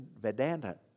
Vedanta